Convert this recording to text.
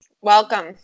Welcome